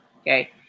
Okay